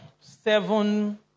seven